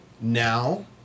now